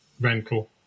rental